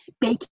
baking